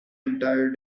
entire